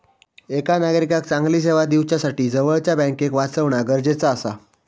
एका नागरिकाक चांगली सेवा दिवच्यासाठी जवळच्या बँकेक वाचवणा गरजेचा आसा